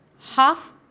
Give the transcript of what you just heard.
Half